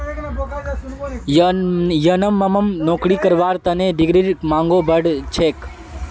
यनमम नौकरी करवार तने डिग्रीर मांगो बढ़ छेक